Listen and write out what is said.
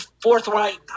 forthright